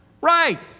Right